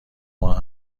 ماه